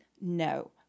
No